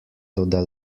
toda